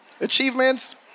achievements